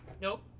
Nope